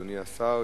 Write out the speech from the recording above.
אדוני השר,